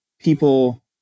people